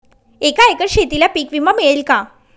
एका एकर शेतीला पीक विमा मिळेल का?